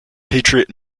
patriot